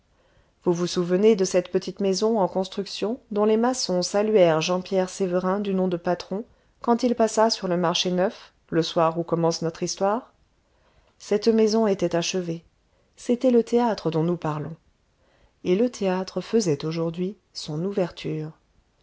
vous vous souvenez de cette petite maison en construction dont les maçons saluèrent jean pierre sévérin du nom de patron quand il passa sur le marché neuf le soir où commence notre histoire cette maison était achevée c'était le théâtre dont nous parlons et le théâtre faisait aujourd'hui son ouverture